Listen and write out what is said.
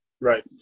Right